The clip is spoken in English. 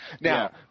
Now